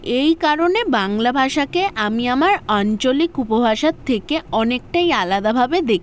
এই কারণে বাংলা ভাষাকে আমি আমার অঞ্চলিক উপভাষার থেকে অনেকটাই আলাদাভাবে দেখি